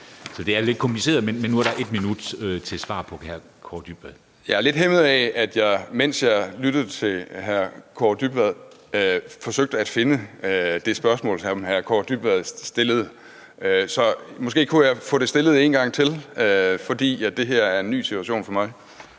Kaare Dybvad. Kl. 17:13 Transport-, bygnings- og boligministeren (Ole Birk Olesen): Jeg er lidt hæmmet af, at jeg, mens jeg lyttede til hr. Kaare Dybvad, forsøgte at finde det spørgsmål, som hr. Kaare Dybvad stillede. Så måske kunne jeg få det stillet en gang til, fordi det her er en ny situation for mig.